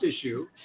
issue